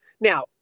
Now